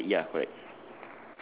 the right leg ya correct